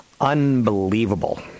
unbelievable